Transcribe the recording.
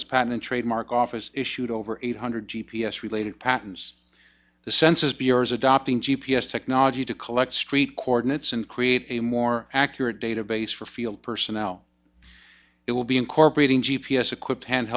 s patent and trademark office issued over eight hundred g p s related patents the census bureau is adopting g p s technology to collect street coordinates and create a more accurate database for field personnel it will be incorporating g p s equipped hand